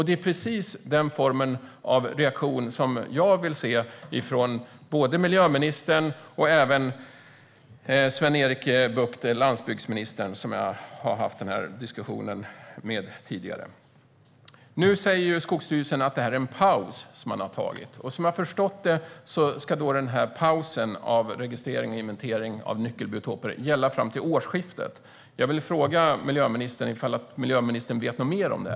Det är precis den sortens reaktion jag vill se, både från miljöministern och från landsbygdsminister Sven-Erik Bucht, som jag har haft den här diskussionen med tidigare. Nu säger Skogsstyrelsen att det är en paus man har tagit. Som jag har förstått det ska pausen av inventering och registrering av nyckelbiotoper gälla fram till årsskiftet. Vet miljöministern något mer om det?